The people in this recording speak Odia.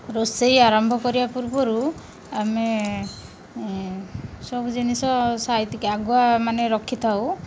ରୋଷେଇ ଆରମ୍ଭ କରିବା ପୂର୍ବରୁ ଆମେ ସବୁ ଜିନିଷ ସାଇତିକି ଆଗୁଆ ମାନେ ରଖିଥାଉ